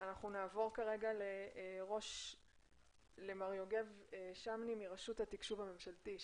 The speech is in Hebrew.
נעבור למר יוגב שמני מרשות התקשוב הממשלתית.